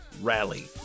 Rally